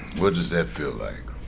what does that feel like?